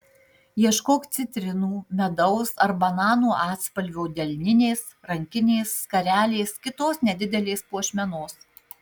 ieškok citrinų medaus ar bananų atspalvio delninės rankinės skarelės kitos nedidelės puošmenos